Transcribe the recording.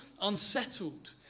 unsettled